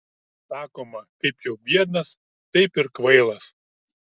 sakoma kaip jau biednas taip ir kvailas